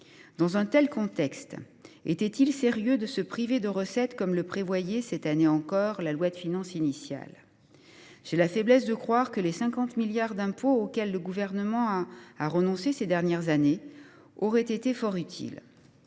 Dans un tel contexte, était il sérieux de se priver de recettes comme le prévoyait, cette année encore, la loi de finances initiale ? J’ai la faiblesse de croire que les 50 milliards d’euros d’impôts auxquels le Gouvernement a renoncé ces dernières années auraient été fort utiles.